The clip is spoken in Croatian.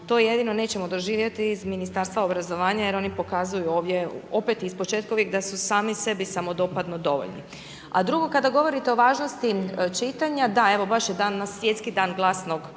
to jedino nećemo doživjeti iz Ministarstva obrazovanja jer oni pokazuju ovdje opet ispočetka uvijek da su sami sebi samodopadno dovoljni. A drugo, kada govorite o važnosti čitanja, da, evo baš je danas Svjetski dan glasnog